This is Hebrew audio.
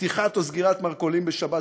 פתיחה או סגירה של מרכולים בשבת,